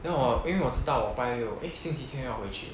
then 我因为我知道我拜六 eh 星期天要回去